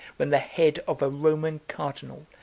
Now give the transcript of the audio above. when the head of a roman cardinal,